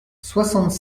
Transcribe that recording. soixante